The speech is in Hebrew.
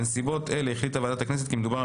בנסיבות אלה החליטה ועדת הכנסת כי מדובר על